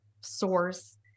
source